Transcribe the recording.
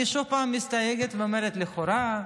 אני עוד פעם מסתייגת ואומרת "לכאורה",